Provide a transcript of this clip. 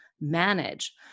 manage